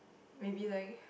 maybe like